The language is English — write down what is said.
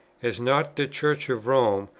as not the church of rome,